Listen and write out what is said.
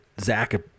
Zach